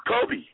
Kobe